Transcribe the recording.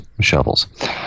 shovels